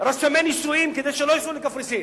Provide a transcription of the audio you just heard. רשמי נישואין כדי שלא ייסעו לקפריסין.